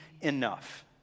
enough